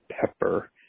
Pepper